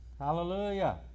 Hallelujah